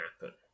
happen